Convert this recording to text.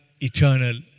eternal